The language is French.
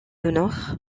honore